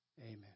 Amen